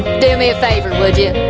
do me a favor, would ya?